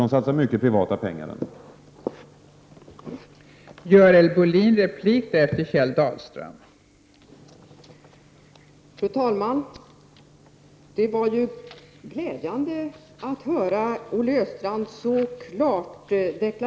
De satsar mycket privata pengar ändå.